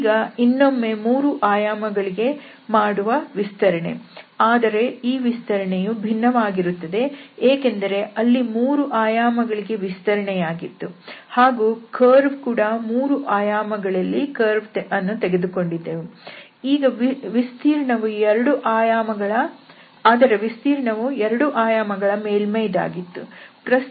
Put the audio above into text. ಇದು ಇನ್ನೊಮ್ಮೆ ಮೂರು ಆಯಾಮಗಳಿಗೆ ಮಾಡುವ ವಿಸ್ತರಣೆ ಆದರೆ ಈ ವಿಸ್ತರಣೆಯ ಭಿನ್ನವಾಗಿರುತ್ತದೆ ಏಕೆಂದರೆ ಅಲ್ಲಿ ಮೂರು ಆಯಾಮಗಳಿಗೆ ವಿಸ್ತರಣೆಯಾಗಿತ್ತು ಹಾಗೂ ಕರ್ವ್ ಕೂಡ 3 ಆಯಾಮಗಳಲ್ಲಿ ಕರ್ವ್ ಅನ್ನು ತೆಗೆದುಕೊಂಡಿದ್ದೆವು ಆದರೆ ವಿಸ್ತೀರ್ಣವು ಎರಡು ಆಯಾಮಗಳ ಮೇಲ್ಮೈಯದಾಗಿತ್ತು